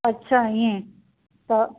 अच्छा इएं त